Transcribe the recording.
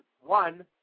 One